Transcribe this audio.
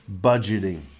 budgeting